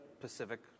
Pacific